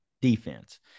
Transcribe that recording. defense